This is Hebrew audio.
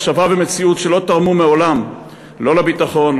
מחשבה ומציאות שלא תרמו מעולם לא לביטחון,